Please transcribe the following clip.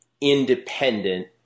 independent